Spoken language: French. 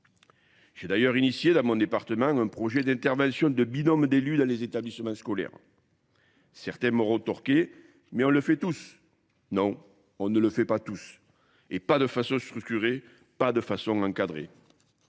J'ai d'ailleurs initié dans mon département un projet d'intervention de binôme d'élus dans les établissements scolaires. Certains m'auront torqué, mais on le fait tous. Non, on ne le fait pas tous. Et pas de façon structurée, pas de façon encadrée.